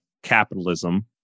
capitalism